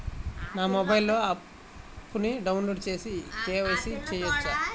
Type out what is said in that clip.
నా మొబైల్లో ఆప్ను డౌన్లోడ్ చేసి కే.వై.సి చేయచ్చా?